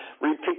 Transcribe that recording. Repeat